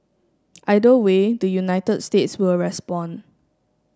either way the United States will respond